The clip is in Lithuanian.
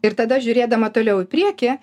ir tada žiūrėdama toliau į priekį